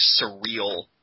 surreal